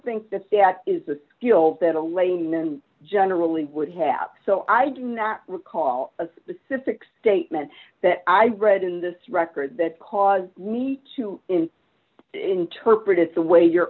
think that that is a skill that a layman generally would have so i do not recall a specific statement that i read in this record that caused me to interpret it the way your